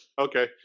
okay